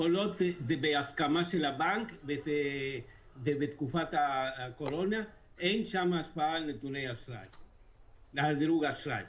כל עוד זה בהסכמת הבנק וזה בתקופת הקורונה אין שם השפעה על דירוג אשראי.